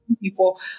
people